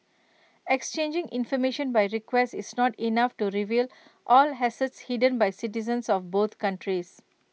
exchanging information by request is not enough to reveal all assets hidden by citizens of both countries